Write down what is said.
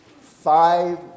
five